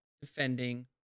defending